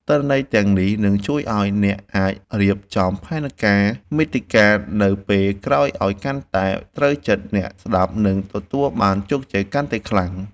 ទិន្នន័យទាំងនេះនឹងជួយឱ្យអ្នកអាចរៀបចំផែនការមាតិកានៅពេលក្រោយឱ្យកាន់តែត្រូវចិត្តអ្នកស្តាប់ និងទទួលបានជោគជ័យកាន់តែខ្លាំង។